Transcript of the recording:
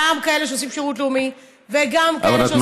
גם כאלה שעושים שירות לאומי וגם כאלה שעושים,